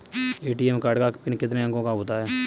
ATM card का PIN कितने अंकों का होता है?